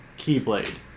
Keyblade